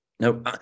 no